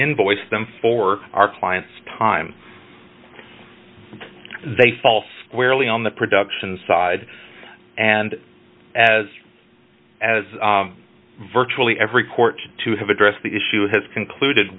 invoice them for our clients time they fall squarely on the production side and as as virtually every court to have addressed the issue has concluded